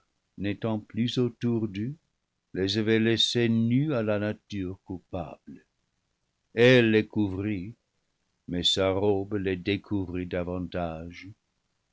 n'étant plus autour d'eux les avaient laissés nus à la nature coupable elle les couvrit mais sa robe les découvrit davantage